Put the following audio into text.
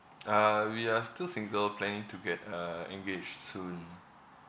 uh we are still single planning to get uh engaged soon